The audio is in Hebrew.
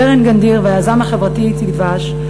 קרן גנדיר והיזם החברתי איציק דבש.